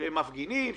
שהם מפגינים וכו'.